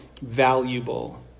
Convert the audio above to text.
valuable